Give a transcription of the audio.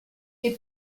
est